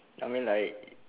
I mean like